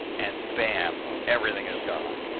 and bam! everything is gone.